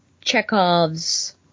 Chekhov's